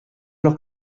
los